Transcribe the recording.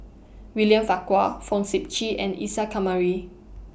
William Farquhar Fong Sip Chee and Isa Kamari